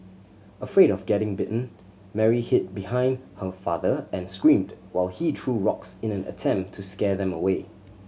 afraid of getting bitten Mary hid behind her father and screamed while he threw rocks in an attempt to scare them away